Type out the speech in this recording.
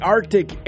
Arctic